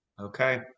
Okay